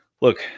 look